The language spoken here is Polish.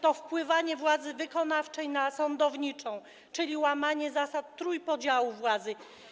To wpływanie władzy wykonawczej na sądowniczą, czyli łamanie zasady trójpodziału władzy.